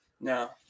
No